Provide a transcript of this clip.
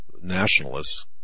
nationalists